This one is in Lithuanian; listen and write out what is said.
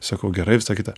sakau gerai visą kitą